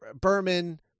Berman